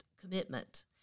commitment